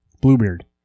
Bluebeard